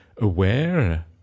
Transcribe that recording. aware